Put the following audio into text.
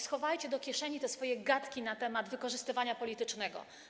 Schowajcie do kieszeni te swoje gadki na temat wykorzystywania politycznego.